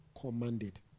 commanded